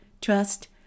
trust